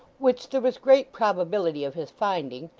which there was great probability of his finding,